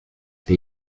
they